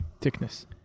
thickness